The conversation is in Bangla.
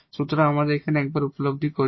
সুতরাং আমরা এখানে একবার উপলব্ধি করি